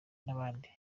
n’abandi